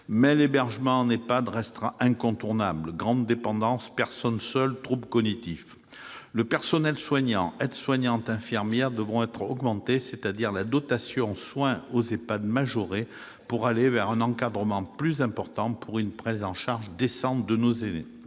mais l'hébergement en EHPAD restera incontournable : grande dépendance, personnes seules, troubles cognitifs. Le personnel soignant- aides-soignantes, infirmières -devra être augmenté, et donc la dotation soins aux EHPAD majorée pour avancer vers un encadrement plus important, préalable à une prise en charge décente de nos aînés.